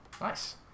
Nice